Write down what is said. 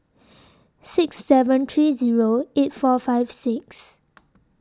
six seven three Zero eight four five six